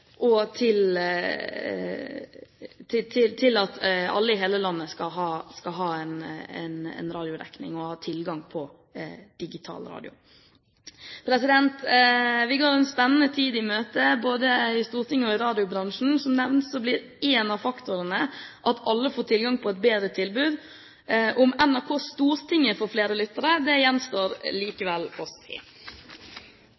at alle i hele landet skal ha radiodekning og tilgang til digitalradio. Vi går en spennende tid i møte både i Stortinget og i radiobransjen. Som nevnt blir en av faktorene at alle får tilgang til et bedre tilbud. Om NRK Stortinget får flere lyttere, gjenstår likevel å se. Det